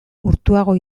urtuago